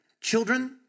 Children